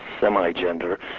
semi-gender